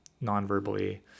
non-verbally